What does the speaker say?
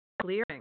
clearing